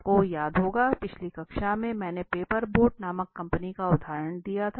आपको याद होगा पिछली कक्षा में मैंने पेपर बोट नामक कंपनी का उदहारण दिया था